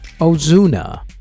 Ozuna